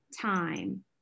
time